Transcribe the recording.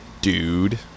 dude